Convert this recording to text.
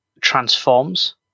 transforms